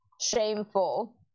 Shameful